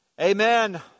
Amen